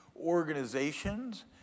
organizations